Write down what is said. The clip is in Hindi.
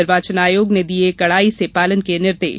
निर्वाचन आयोग ने दिए कडाई से पालन के निर्देश